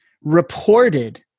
reported